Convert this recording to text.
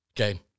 okay